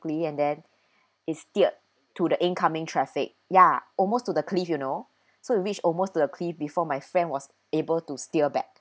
automatically and then it's steered to the incoming traffic ya almost to the cliff you know so reach almost to the cliff before my friend was able to steer back